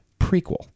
prequel